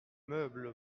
meuble